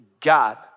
God